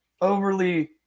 overly